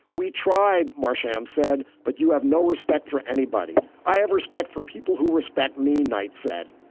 we tried, marchionne said. but you have no respect for anybody. i have respect for people who respect me, knight said.